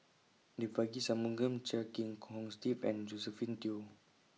Devagi Sanmugam Chia Kiah Hong Steve and Josephine Teo